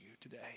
today